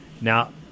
Now